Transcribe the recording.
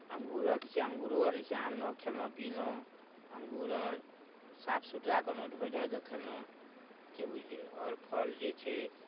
अङ्गुरक छै अङ्गूर आर जे छै आनलौ खेलौ पिनौ अङ्गूर आर साफ सुथरा केलहुॅं आर धाॅंगि कऽ खेलहुॅं की बुझलियै आओर फल जे छै